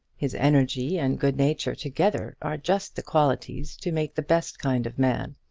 his energy and good-nature together are just the qualities to make the best kind of man.